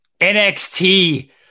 NXT